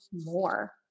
more